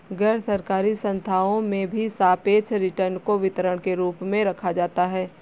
गैरसरकारी संस्थाओं में भी सापेक्ष रिटर्न को वितरण के रूप में रखा जाता है